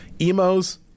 Emo's